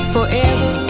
Forever